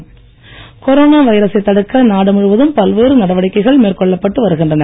corona தடுப்பு corona வைரசை தடுக்க நாடுமுழுவதும் பல்வேறு நடவடிக்கைகள் மேற்கொள்ளப்பட்டு வருகின்றன